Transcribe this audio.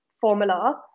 formula